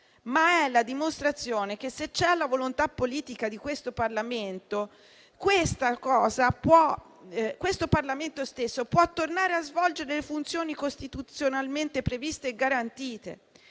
ma è la dimostrazione che, se c'è la volontà politica, il Parlamento può tornare a svolgere le funzioni costituzionalmente previste e garantite.